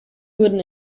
wurden